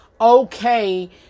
okay